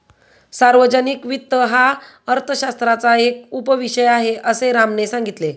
सार्वजनिक वित्त हा अर्थशास्त्राचा एक उपविषय आहे, असे रामने सांगितले